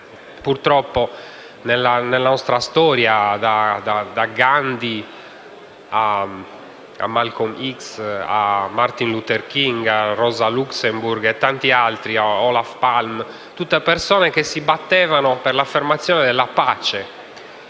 purtroppo, da Gandhi a Malcom X, a Martin Luther King, a Rosa Luxemburg a tanti altri, come Olof Palme. Sono tutte persone che si battevano per l'affermazione della pace